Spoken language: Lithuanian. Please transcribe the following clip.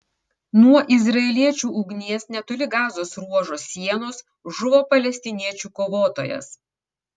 nuo izraeliečių ugnies netoli gazos ruožo sienos žuvo palestiniečių kovotojas